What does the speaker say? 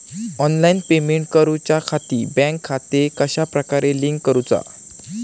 Online payment करुच्याखाती bank खाते कश्या प्रकारे लिंक करुचा?